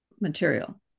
material